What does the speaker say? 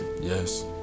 yes